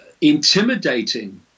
intimidating